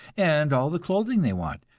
and all the clothing they want,